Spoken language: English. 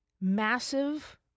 massive